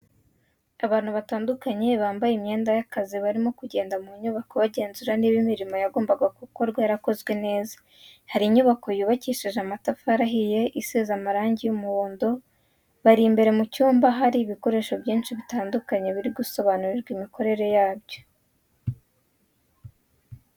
Abantu batandukanye bambaye imyenda y'akazi barimo kugenda mu nyubako bagenzura niba imirimo yagombaga gukorwa yarakozwe neza, hari inyubako yubakishije amatafari ahiye isize amarangi y'umuhondo, bari imbere mu cyumba ahari ibikoresho byinshi bitandukanye bari gusobanurirwa imikorere yabyo.